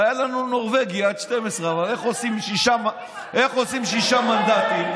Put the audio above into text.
היה לנו נורבגי עד 12. איך עושים שישה מנדטים?